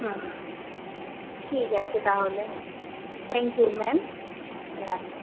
হুম হুঁ ঠিক আছে তাহলে থ্যাঙ্ক ইউ ম্যাম রাখলাম